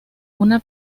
una